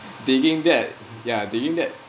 digging that yeah digging that